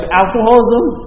alcoholism